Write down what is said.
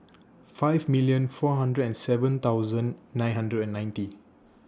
five million four hundred and seven thousand nine hundred and ninety